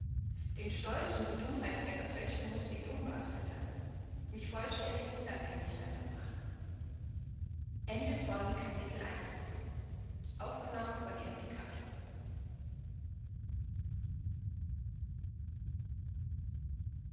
den stolz und die dummheit ihrer töchter mußte ich unbeachtet lassen mich vollständig unabhängig davon machen